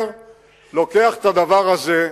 לוקח את הדבר הזה,